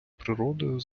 природою